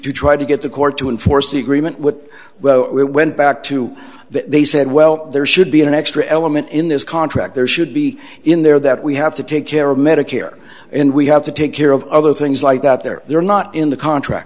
to try to get the court to enforce the agreement what well we went back to that they said well there should be an extra element in this contract there should be in there that we have to take care of medicare and we have to take care of other things like that they're they're not in the contract